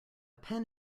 pen